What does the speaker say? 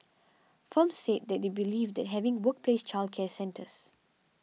firms said they believed that having workplace childcare centres